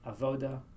Avoda